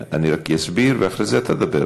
אני רק אסביר ואחרי זה אתה תדבר.